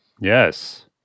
Yes